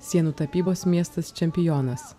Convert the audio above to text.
sienų tapybos miestas čempionas